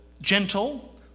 gentle